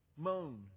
moan